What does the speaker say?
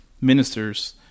ministers